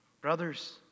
Brothers